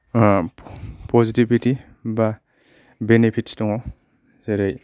positivity बा benefits दङ जेरै